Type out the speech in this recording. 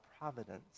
providence